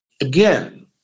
again